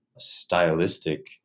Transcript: stylistic